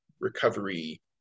recovery